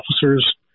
officers